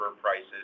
prices